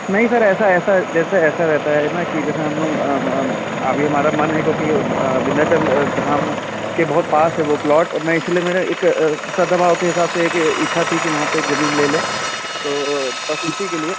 नहीं सर ऐसा ऐसा जैसे ऐसा रहता है ना कि जैसे हम अभी हमारा मन क्योंकि विन्ध्याचल धाम के बहुत पास है वह प्लॉट मैं इसलिए मेरा एक श्रद्धाभाव के हिसाब से एक इच्छा थी कि वहाँ पर एक ज़मीन ले लें तो बस उसी के लिए